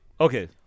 Okay